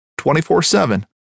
24-7